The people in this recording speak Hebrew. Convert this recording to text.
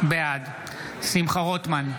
בעד שמחה רוטמן,